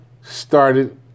started